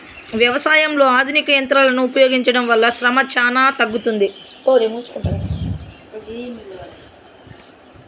వ్యవసాయంలో ఆధునిక యంత్రాలను ఉపయోగించడం వల్ల శ్రమ చానా తగ్గుతుంది